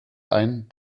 ein